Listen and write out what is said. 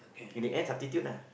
in the end substitute lah